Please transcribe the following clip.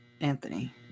Anthony